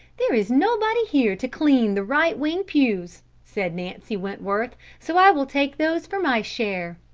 there is nobody here to clean the right-wing pews, said nancy wentworth, so i will take those for my share.